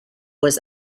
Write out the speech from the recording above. was